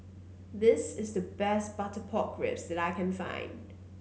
this is the best Butter Pork Ribs that I can find